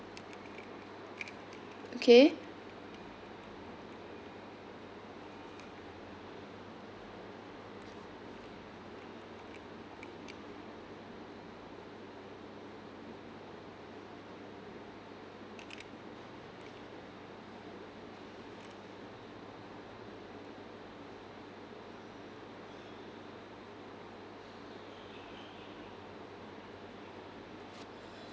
okay